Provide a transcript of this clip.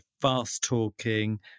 fast-talking